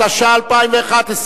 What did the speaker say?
התשע"א 2011,